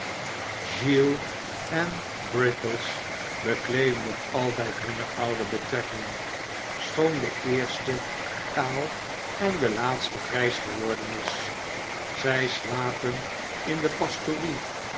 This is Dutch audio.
giles en brittles bekleeden nog altijd hunne oude betrekkingen schoon de eerste kaal en de laatste grijs geworden is zij slapen in de pastorie